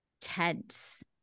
tense